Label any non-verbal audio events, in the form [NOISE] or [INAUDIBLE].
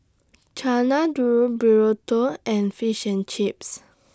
[NOISE] Chana Dal Burrito and Fish and Chips